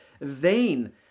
vain